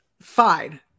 Fine